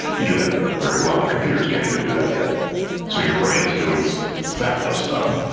you do that very well and computers can't even do that yet so your brain is doing some fabulous stuff,